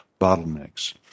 bottlenecks